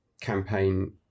campaign